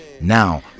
Now